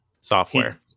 Software